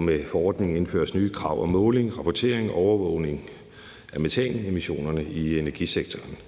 Med forordningen indføres nye krav om måling, rapportering og overvågning af metanemissionerne i energisektoren.